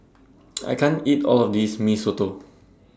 I can't eat All of This Mee Soto